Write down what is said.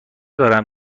دارم